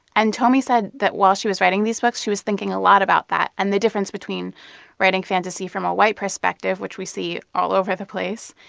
and tomi said that while she was writing these books, she was thinking a lot about that and the difference between writing fantasy from a white perspective, which we see all over the place,